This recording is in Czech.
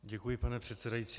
Děkuji, pane předsedající.